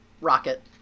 Rocket